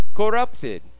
corrupted